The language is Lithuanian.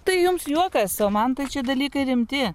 tai jums juokas o man tai čia dalykai rimti